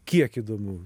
kiek įdomu